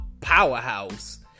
powerhouse